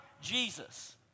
Jesus